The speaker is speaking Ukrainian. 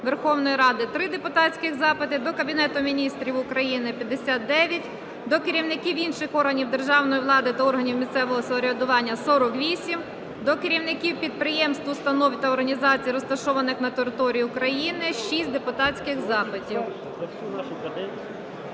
Верховної Ради України – 3 депутатські запити; до Кабінету Міністрів України – 59; до керівників інших органів державної влади та органів місцевого самоврядування – 48; до керівників підприємств, установ і організацій, розташованих на території України – 6 депутатських запитів.